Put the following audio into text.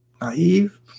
naive